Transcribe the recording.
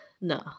no